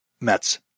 Mets